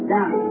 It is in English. Down